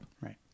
Right